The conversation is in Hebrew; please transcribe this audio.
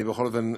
בכל אופן,